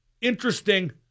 interesting